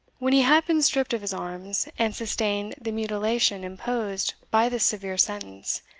when he had been stripped of his arms, and sustained the mutilation imposed by this severe sentence,